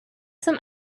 some